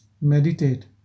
meditate